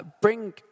bring